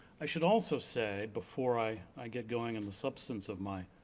i should also say before i i get going on the substance of my,